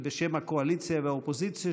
בשם הקואליציה והאופוזיציה,